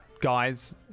guys